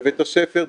בבית הספר,